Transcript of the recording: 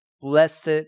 blessed